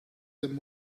them